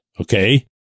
okay